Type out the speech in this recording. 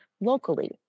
locally